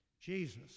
Jesus